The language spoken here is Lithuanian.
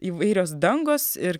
įvairios dangos ir